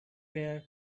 their